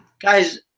guys